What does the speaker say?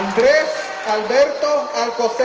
alberto alcocer